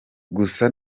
gusa